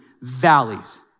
valleys